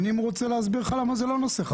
אני רוצה להסביר לך למה זה לא נושא חדש.